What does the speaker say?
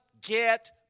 get